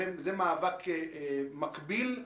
זה מאבק מקביל,